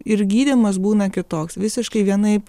ir gydymas būna kitoks visiškai vienaip